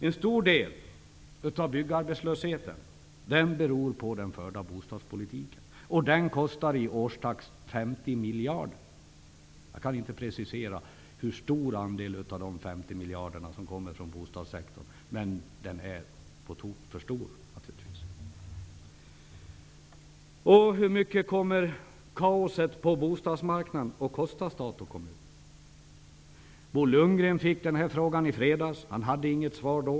En stor del av byggarbetslösheten beror på den förda bostadspolitiken. Den kostar 50 miljarder per år. Jag kan inte precisera hur stor del av dessa 50 miljarder som härör från bostadssektorn, men den är på tok för stor. Hur mycket kommer kaoset på bostadsmarknaden att kosta stat och kommun? Bo Lundgren fick den här frågan i fredags. Han hade inget svar då.